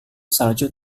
salju